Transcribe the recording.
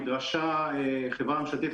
המדרשה חברה ממשלתית,